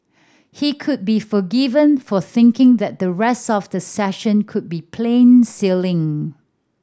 he could be forgiven for thinking that the rest of the session could be plain sailing